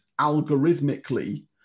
algorithmically